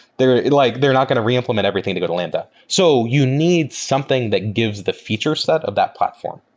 they're like they're not going to re-implement everything to go to lambda. so you need something that gives the feature set of that platform,